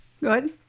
Good